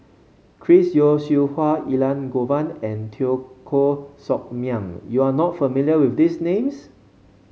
Chris Yeo Siew Hua Elangovan and Teo Koh Sock Miang you are not familiar with these names